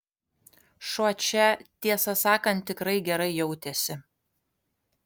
šuo čia tiesą sakant tikrai gerai jautėsi